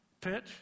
pitch